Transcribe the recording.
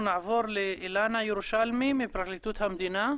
נעבור לאילנה ירושלמי מפרקליטות המדינה.